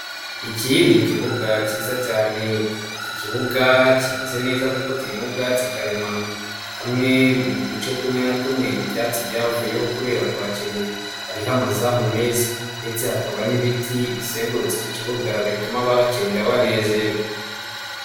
Iki ni ikibuga cyiza cyane, iki kibuga kimeze neza kuko kirimo ubwatsi karemano hamwe mu duce tumwe na tumwe ibyatsi byavuyeho kubera kuhakinira, hariho amazamu mezi ndetse hakaba n'ibiti bizengurutse iki kibuga bituma abahakinira banezerwa.